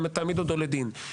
גם תעמיד אותו לדין.